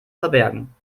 verbergen